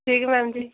ठीक ऐ मैडम जी